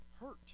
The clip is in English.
hurt